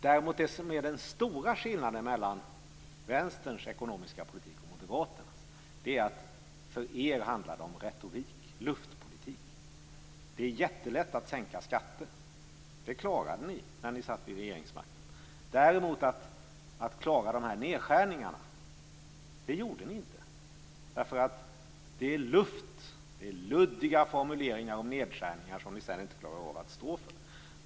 Det som däremot är den stora skillnaden mellan Vänsterns ekonomiska politik och moderaternas är att det för er moderater handlar om retorik och luftpolitik. Det är jättelätt att sänka skatter. Det klarade ni när ni satt vid regeringsmakten. Ni klarade däremot inte dessa nedskärningar. Det är luft och luddiga formuleringar om nedskärningar som ni sedan inte klara av att stå för.